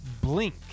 blink